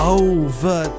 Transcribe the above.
over